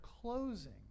closing